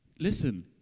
listen